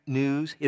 news